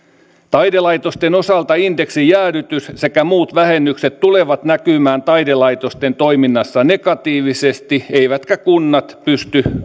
taidelaitosten osalta indeksijäädytys sekä muut vähennykset tulevat näkymään taidelaitosten toiminnassa negatiivisesti eivätkä kunnat pysty